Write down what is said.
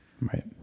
Right